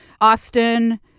Austin